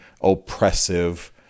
oppressive